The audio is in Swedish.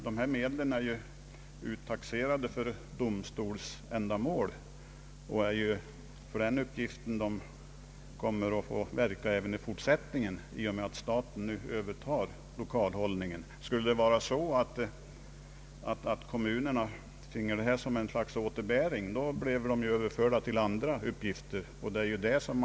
Dessa medel är uttaxerade för domstolsändamål och kommer att användas härför även i fortsättningen i och med att staten övertar lokalhållningen. Skulle kommunerna erhålla medlen som någon slags återbäring, blev de överförda till andra uppgifter.